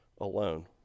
alone